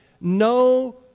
no